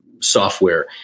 software